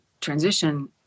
transition